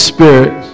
Spirit